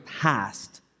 past